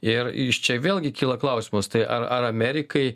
ir iš čia vėlgi kyla klausimas tai ar ar amerikai